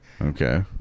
Okay